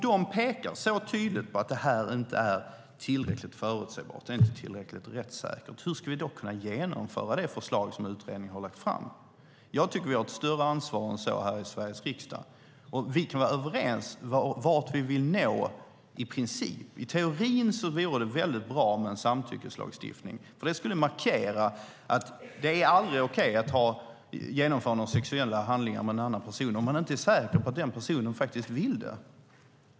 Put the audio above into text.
De pekar tydligt på att utredningens förslag inte är tillräckligt förutsägbart och rättssäkert. Hur ska vi då kunna genomföra det? I Sveriges riksdag har vi ett större ansvar än så. Vi kan vara överens om vart vill nå i princip. I teorin vore det bra med en samtyckeslagstiftning. Det skulle markera att det aldrig är okej att man genomför sexuella handlingar med en annan person om man inte är säker på att denna person vill det.